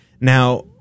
Now